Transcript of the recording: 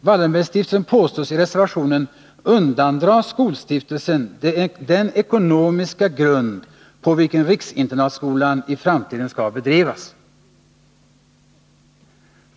Wallenbergstiftelsen påstås i reservationen ”undandra den framtida skolstiftelsen den ekonomiska grund på vilken riksinternatskolan i framtiden skall bedrivas”.